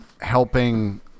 helping